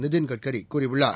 நிதின் கட்கரி கூறியுள்ளார்